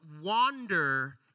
wander